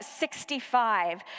65